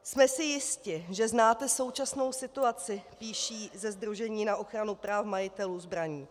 Jsme si jisti, že znáte současnou situaci, píší ze sdružení na ochranu práv majitelů zbraní.